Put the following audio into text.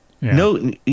no